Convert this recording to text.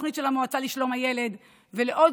ולתוכנית של המועצה לשלום הילד ולעוד